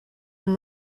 from